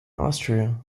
austria